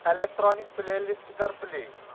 electronic play list کر play